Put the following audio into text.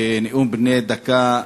בנאום בני דקה,